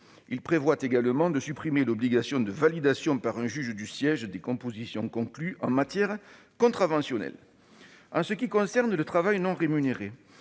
Il prévoit également de supprimer l'obligation de validation par un juge du siège des compositions conclues en matière contraventionnelle. En ce qui concerne le travail non rémunéré,